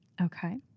Okay